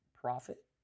profit